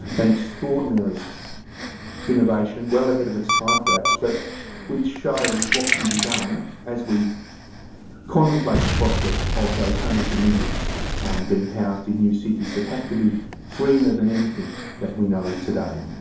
an extraordinary innovation, well ahead of its time perhaps, but which shows what can be done as we contemplate the prospect of those hundreds of millions being housed in new cities that have to be greener than anything that we know today